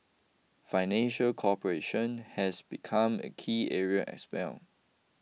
financial cooperation has become a key area as well